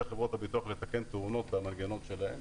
חברות הביטוח לתקן תאונות במנגנון שלהם.